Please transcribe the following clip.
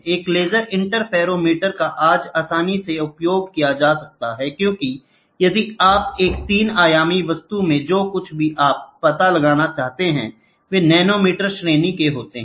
एक laser interferometer का आज आसानी से उपयोग किया जाता है क्योंकि यदि आप एक 3 आयामी वस्तु में जो कुछ भी आप पता लगाना चाहते थे वे नैनोमीटर श्रेणी के होते हैं